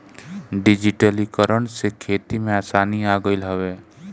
डिजिटलीकरण से खेती में आसानी आ गईल हवे